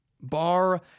bar